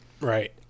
Right